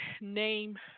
name